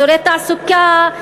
אזורי תעסוקה,